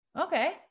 okay